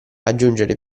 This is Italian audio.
aggiungere